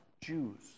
Jews